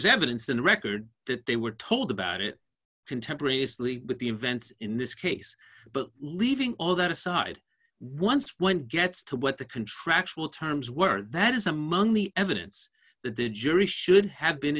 was evidence that the record that they were told about it contemporaneously with the events in this case but leaving all that aside once one gets to what the contractual terms were that is among the evidence that the jury should have been